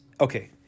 okay